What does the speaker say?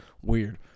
weird